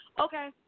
okay